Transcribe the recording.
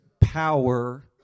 power